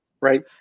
Right